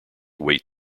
weight